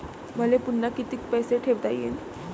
मले पुन्हा कितीक पैसे ठेवता येईन?